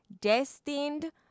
destined